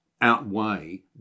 outweigh